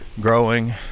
growing